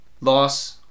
loss